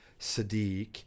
Sadiq